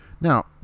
Now